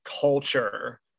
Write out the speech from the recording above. culture